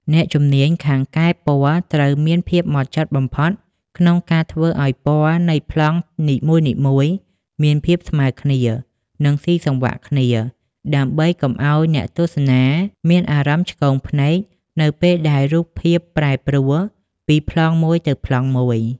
អ្នកជំនាញខាងកែពណ៌ត្រូវមានភាពហ្មត់ចត់បំផុតក្នុងការធ្វើឱ្យពណ៌នៃប្លង់នីមួយៗមានភាពស្មើគ្នា និងស៊ីសង្វាក់គ្នា ដើម្បីកុំឱ្យអ្នកទស្សនាមានអារម្មណ៍ឆ្គងភ្នែកនៅពេលដែលរូបភាពប្រែប្រួលពីប្លង់មួយទៅប្លង់មួយ។